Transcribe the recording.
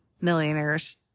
millionaires